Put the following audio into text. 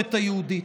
המסורת היהודית.